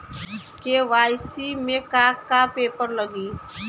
KYC में का का पेपर लगी?